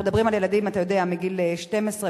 אנחנו מדברים על ילדים מגיל 12,